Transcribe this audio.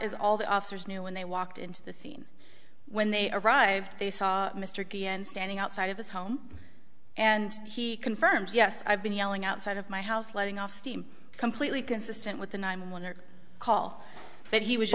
is all the officers knew when they walked into the scene when they arrived they saw mr d n standing outside of his home and he confirms yes i've been yelling outside of my house letting off steam completely consistent with the nine one hundred call that he was